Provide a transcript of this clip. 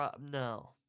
no